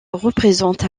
représente